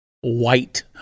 white